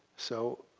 so